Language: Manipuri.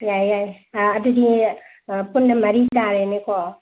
ꯌꯥꯏ ꯌꯥꯏ ꯑꯗꯨꯗꯤ ꯄꯨꯟꯅ ꯃꯔꯤ ꯇꯥꯔꯦꯅꯦꯀꯣ